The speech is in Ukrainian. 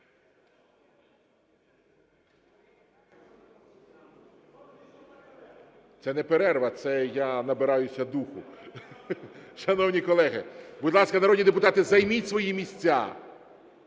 Це не перерва, це я набираюся духу. Шановні колеги, будь ласка, народні депутати, займіть свої місця